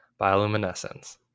bioluminescence